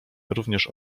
również